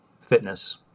fitness